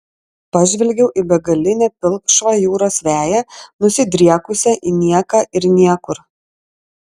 pažvelgiau į begalinę pilkšvą jūros veją nusidriekusią į nieką ir niekur